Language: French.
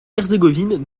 herzégovine